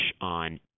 on